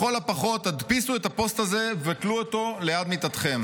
לכל הפחות תדפיסו את הפוסט הזה ותלו אותו ליד מיטתכם,